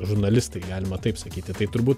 žurnalistai galima taip sakyti tai turbūt